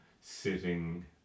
sitting